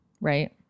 right